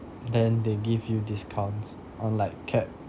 then they give you discounts on like cabs